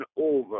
over